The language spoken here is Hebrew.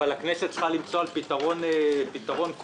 אבל הכנסת צריכה למצוא פתרון כולל.